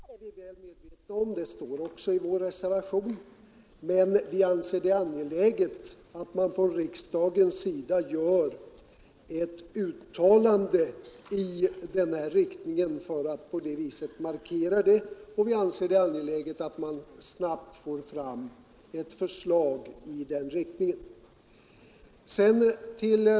Herr talman! Jag vill bara göra två kommentarer till herr Nordbergs inlägg. När det gäller vår reservation beträffande en omläggning av det individuella bostadsstödet till att bli en helt statlig angelägenhet hänvisar herr Nordberg till att frågan så att säga ligger inom den kommunalekonomiska utredningens kompetens. Vi är väl medvetna om detta, och det står också i vår reservation, men vi anser det angeläget att man från riksdagens sida gör ett uttalande i den riktningen för att markera att det är viktigt att snabbt få fram ett förslag.